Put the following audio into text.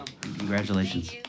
Congratulations